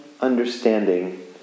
understanding